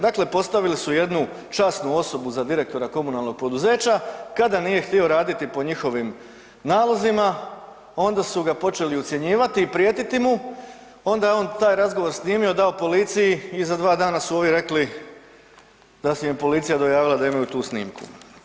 Dakle, postavili su jednu časnu osobu za direktora komunalnog poduzeća kada nije htio raditi po njihovim nalozima onda su ga počeli ucjenjivati i prijetiti mu, onda je on taj razgovor snimio dao policiji i za dva dana su ovi rekli da su im policija dojavili da imaju tu snimku.